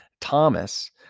Thomas